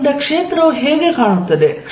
ಆದ್ದರಿಂದ ಕ್ಷೇತ್ರವು ಹೇಗೆ ಕಾಣುತ್ತದೆ